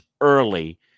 early